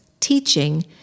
teaching